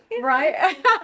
right